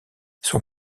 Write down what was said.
son